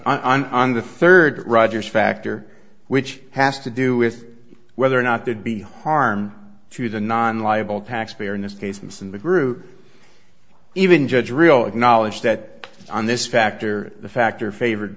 i'm on the third rogers factor which has to do with whether or not there'd be harm to the non liable taxpayer in this case and in the group even judge real acknowledge that on this factor the factor favor